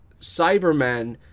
cybermen